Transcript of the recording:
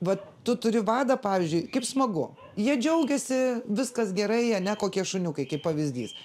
vat tu turi vadą pavyzdžiui kaip smagu jie džiaugiasi viskas gerai ane kokie šuniukai kaip pavyzdys